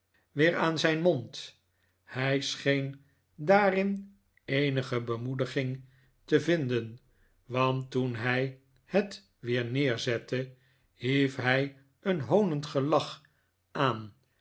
weer aan edele trots zijn mond hij scheen daarin eenige bemoediging te vinden want toen hij het weer neerzette hief hij een hoonend gelach aan